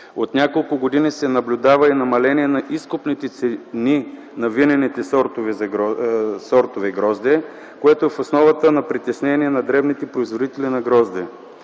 От няколко години се наблюдава и намаление на изкупните цени на винените сортове грозде, което е в основата на притеснението на дребните производители на грозде.